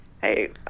hey